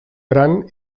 gran